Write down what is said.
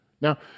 Now